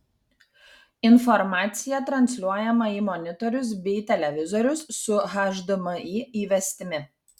informacija transliuojama į monitorius bei televizorius su hdmi įvestimi